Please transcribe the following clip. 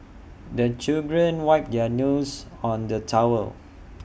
the children wipe their noses on the towel